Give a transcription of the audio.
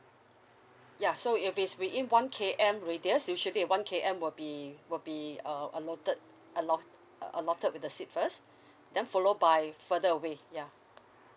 ya so if it's within one K_M radius usually one K_M will be will be uh allotted allot~ allotted with the seat first then followed by further away ya